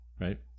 right